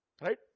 Right